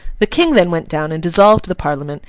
the king then went down and dissolved the parliament,